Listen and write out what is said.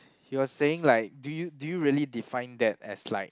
he was saying like do you do you really define that as like